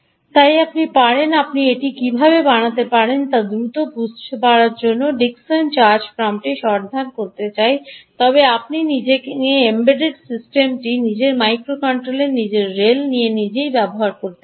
তাই আপনি পারেন আপনি এটি কীভাবে বানাতে পারবেন তা দ্রুত বুঝতে আপনার জন্য ডিকসন চার্জ পাম্পটি সন্ধান করতে চাই তবে আপনি নিজের এম্বেড এম্বেডড সিস্টেমটি নিজের মাইক্রোকন্ট্রোলারকে নিজের রেল দিয়ে নিজেই ব্যবহার করতে পারবেন